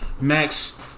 Max